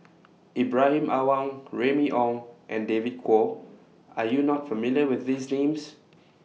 Ibrahim Awang Remy Ong and David Kwo Are YOU not familiar with These Names